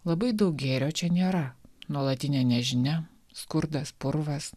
labai daug gėrio čia nėra nuolatinė nežinia skurdas purvas